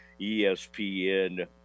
espn